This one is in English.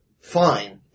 Fine